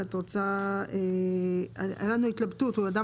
שהייתה לנו התלבטות לגביו ובכל זאת החלטנו להשאיר את ההוראה שבו.